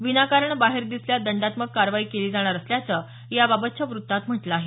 विनाकारण बाहेर दिसल्यास दंडात्मक कारवाई केली जाणार असल्याचं याबाबतच्या वृत्तात म्हटलं आहे